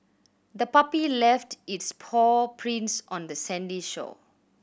the puppy left its paw prints on the sandy shore